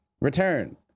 return